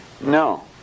No